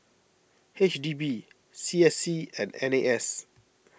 H D B C S C and N A S